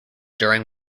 during